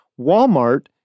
Walmart